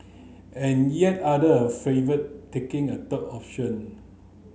and yet other favour taking a third option